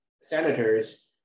senators